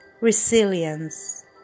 resilience